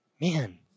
man